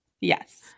yes